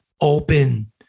open